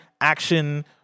action